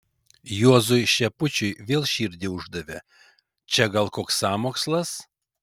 juozui šepučiui vėl širdį uždavė čia gal koks sąmokslas